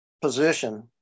position